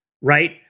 right